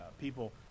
People